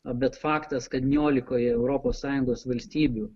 bet faktas kad niolikoje europos sąjungos valstybių